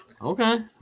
Okay